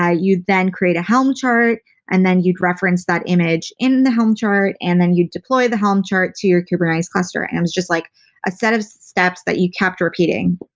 ah you'd then create a helm chart and then you'd reference that image in the helm chart and then you'd deploy the helm chart to your kubernetes cluster and it was just like a set of steps that you kept repeating.